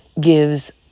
gives